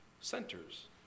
centers